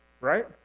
right